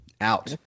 out